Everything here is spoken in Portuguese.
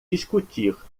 discutir